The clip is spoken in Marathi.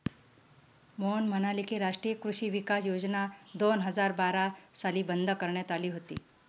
मोहन म्हणाले की, राष्ट्रीय कृषी विकास योजना दोन हजार बारा साली बंद करण्यात आली होती